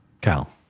Cal